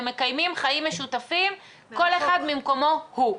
הם מקיימים חיים משותפים כל אחד ממקומו הוא.